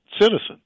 citizen